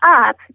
up